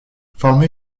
formée